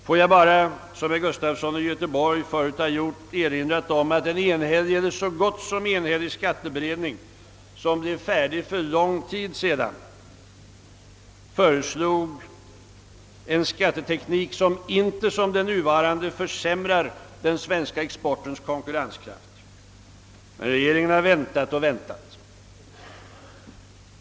Får jag bara, som herr Gustafson i Göteborg förut har gjort, erinra om att en så gott som enhällig skatteberedning, som blev färdig för rätt lång tid sedan, föreslog en skatteteknik som inte i likhet med den nuvarande försämrar den svenska exportens konkurrenskraft. Men regeringen har väntat och väntat.